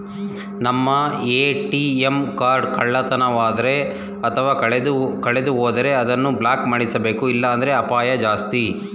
ನಮ್ಮ ATM card ಕಳ್ಳತನವಾದರೆ ಅಥವಾ ಕಳೆದುಹೋದರೆ ಅದನ್ನು ಬ್ಲಾಕ್ ಮಾಡಿಸಬೇಕು ಇಲ್ಲಾಂದ್ರೆ ಅಪಾಯ ಜಾಸ್ತಿ